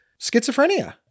schizophrenia